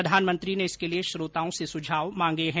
प्रधानमंत्री ने इसके लिए श्रोताओं से सुझाव मांगे हैं